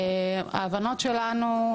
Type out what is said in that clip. ההבנות שלנו,